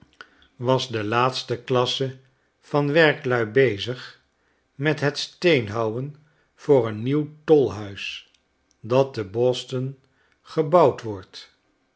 was was de laatste klasse van werklui bezig met het steenhouwen voor een nieuw tolhuis dat te boston gebouwd wordt